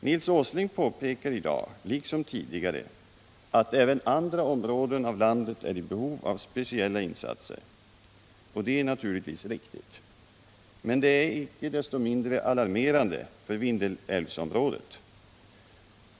Nils Åsling påpekar i dag liksom tidigare att även andra områden av landet är i behov av speciella insatser, och det är naturligtvis riktigt, men det är icke desto mindre alarmerande för Vindelälvsområdet.